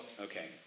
okay